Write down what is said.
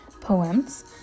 poems